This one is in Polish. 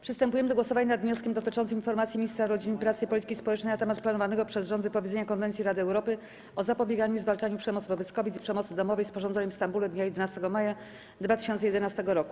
Przystępujemy do głosownia nad wnioskiem dotyczącym informacji ministra rodziny, pracy i polityki społecznej na temat planowanego przez rząd wypowiedzenia Konwencji Rady Europy o zapobieganiu i zwalczaniu przemocy wobec kobiet i przemocy domowej, sporządzonej w Stambule dnia 11 maja 2011 r.